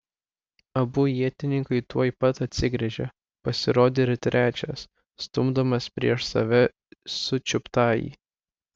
abu ietininkai tuoj pat atsigręžė pasirodė ir trečias stumdamas prieš save sučiuptąjį